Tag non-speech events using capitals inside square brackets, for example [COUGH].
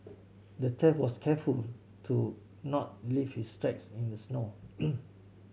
the thief was careful to not leave his tracks in the snow [NOISE]